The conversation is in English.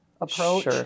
approach